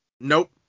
Nope